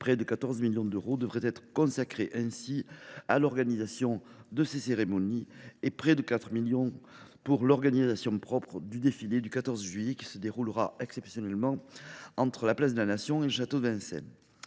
près de 14 millions d’euros devraient être consacrés à l’organisation de ces cérémonies, auxquels il faut ajouter près de 4 millions d’euros pour l’organisation logistique du défilé du 14 juillet, qui se déroulera exceptionnellement entre la place de la Nation et le château de Vincennes.